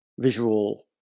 visual